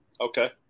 Okay